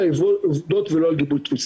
מנגנוני